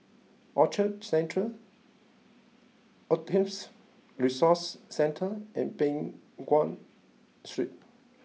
Orchard Central Autisms Resource Centre and Peng Nguan Street